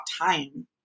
time